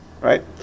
Right